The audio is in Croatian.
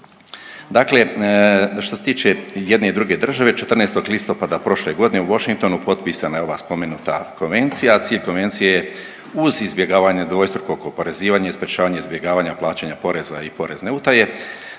Dakle što se tiče i jedne i druge države 14. listopada prošle godine u Washingtonu potpisana je ova spomenuta Konvencija, a cilj Konvencije je uz izbjegavanje dvostrukog oporezivanja i sprječavanje izbjegavanja plaćanja poreza i porezne utaje,